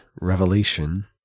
revelation